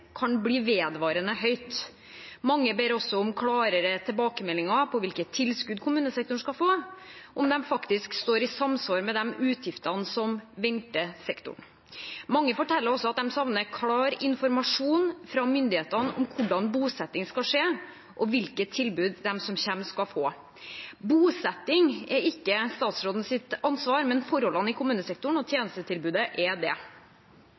kan bli vedvarende høyt. Mange ber også om klarere tilbakemeldinger om hvilke tilskudd kommunesektoren skal få, om de faktisk står i samsvar med de utgiftene som venter sektoren. Mange forteller også at de savner klar informasjon fra myndighetene om hvordan bosetting skal skje, og hvilket tilbud de som kommer, skal få. Bosetting er ikke statsrådens ansvar, men forholdene i kommunesektoren og tjenestetilbudet er det.